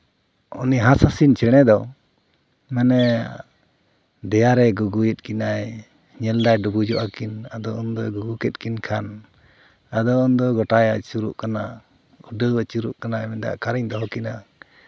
ᱩᱱᱤ ᱦᱟᱸᱥᱼᱦᱟᱸᱥᱤᱞ ᱪᱮᱬᱮ ᱫᱚ ᱢᱟᱱᱮ ᱫᱮᱭᱟᱨᱮ ᱜᱩᱜᱩᱭᱮᱫ ᱠᱤᱱᱟᱹᱭ ᱧᱮᱞᱫᱟᱭ ᱰᱩᱵᱩᱡᱚᱜᱼᱟ ᱠᱤᱱ ᱟᱫᱚ ᱩᱱᱫᱚᱭ ᱜᱩᱜᱩ ᱠᱮᱜ ᱠᱤᱱ ᱠᱷᱟᱱ ᱟᱫᱚ ᱩᱱᱫᱚ ᱜᱳᱴᱟᱭ ᱟᱹᱪᱩᱨᱚᱜ ᱠᱟᱱᱟ ᱩᱰᱟᱹᱣ ᱟᱹᱪᱩᱨᱚᱜ ᱠᱟᱱᱟᱭ ᱢᱮᱱᱫᱟᱭ ᱚᱠᱟᱨᱤᱧ ᱫᱚᱦᱚ ᱠᱤᱱᱟ